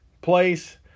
place